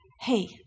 hey